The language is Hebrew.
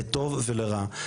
לטוב ולרע,